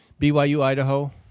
BYU-Idaho